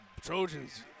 Trojans